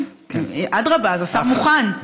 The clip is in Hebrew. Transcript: אדרבה, אז השר מוכן.